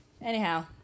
Anyhow